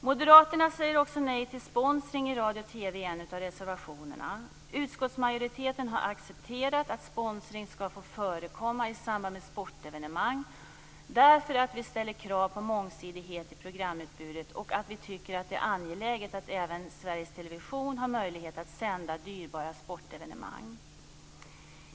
Moderaterna säger också nej till sponsring i radio och TV i en av reservationerna. Utskottsmajoriteten har accepterat att sponsring skall få förekomma i samband med sportevenemang därför att vi ställer krav på mångsidighet i programutbudet och att vi tycker att det är angeläget att även Sveriges Television har möjlighet att sända dyrbara sportevenemang.